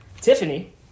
Tiffany